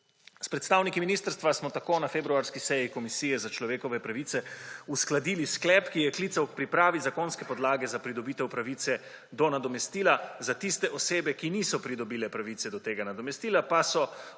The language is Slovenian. S predstavniki ministrstva smo tako na februarski seji komisije za človekove pravice uskladili sklep, ki je klical k pripravi zakonske podlage za pridobitev pravice do nadomestila za tiste osebe, ki niso pridobile pravice do tega nadomestila, pa so